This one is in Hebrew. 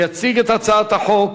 יציג את הצעת החוק